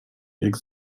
jak